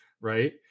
right